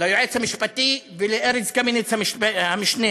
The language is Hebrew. ליועץ המשפטי ולארז קמיניץ, המשנה.